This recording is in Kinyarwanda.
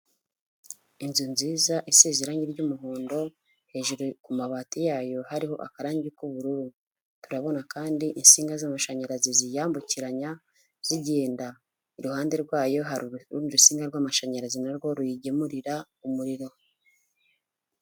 Inzu nziza iseze irange ry'umuhondo, hejuru ku mabati yayo hariho akarangwe k'ubururu, turabona kandi insinga z'amashanyarazi ziyambukiranya zigenda, iruhande rwayo hari urutsinga rw'amashanyarazi na rwowo ruyigemurira umuriro.